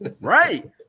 right